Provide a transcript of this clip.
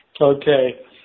Okay